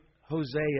Hosea